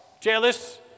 Jealous